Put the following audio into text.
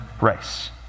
race